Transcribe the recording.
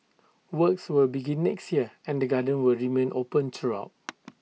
works will begin next year and the garden will remain open throughout